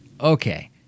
Okay